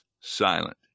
silent